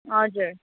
हजुर